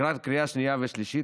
לקראת קריאה שנייה ושלישית,